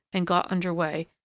and got under way,